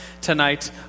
tonight